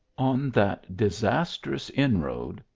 on that disastrous inroad,